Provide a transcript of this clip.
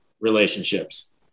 relationships